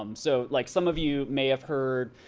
um so like some of you may have heard,